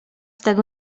tego